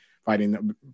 fighting